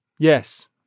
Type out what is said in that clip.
Yes